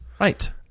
right